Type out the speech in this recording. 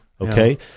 Okay